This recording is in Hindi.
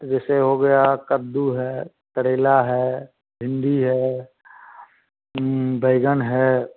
जैसे हो गया कद्दू है करेला है भिंडी है बैगन है